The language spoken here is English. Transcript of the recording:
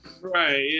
Right